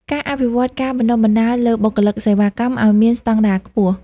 ការអភិវឌ្ឍការបណ្តុះបណ្តាលលើបុគ្គលិកសេវាកម្មឱ្យមានស្តង់ដារខ្ពស់។